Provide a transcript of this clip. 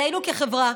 עלינו כחברה,